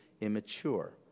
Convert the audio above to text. immature